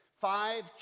Five